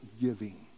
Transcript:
giving